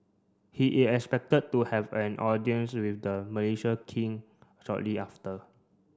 he is expected to have an audience with the Mlaaysia King shortly after